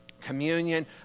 communion